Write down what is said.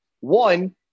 One